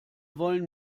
wollen